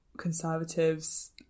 conservatives